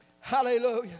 Hallelujah